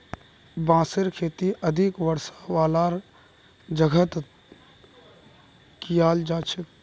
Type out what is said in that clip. बांसेर खेती अधिक वर्षा वालार जगहत कियाल जा छेक